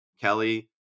Kelly